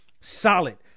solid